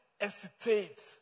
hesitate